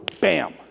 bam